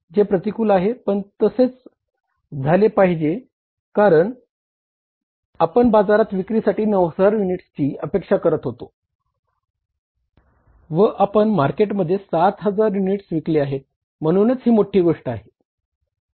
जे प्रतिकूल आहे पण तसे झालेच पाहिजे कारण आपण बाजारात विक्रीसाठी 9000 युनिट्सची अपेक्षा करत आहोत व आपण मार्केटमध्ये 7000 युनिट्स विकले आहेत म्हणूनच ही मोठी गोष्ट नाही